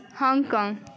Hong Kong